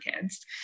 kids